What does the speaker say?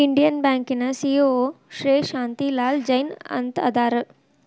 Indian ಬ್ಯಾಂಕಿನ CEO Shri Shantilal Jain ಅಂತ ಅದಾರ